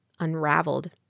unraveled